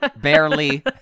barely